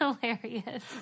hilarious